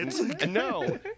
No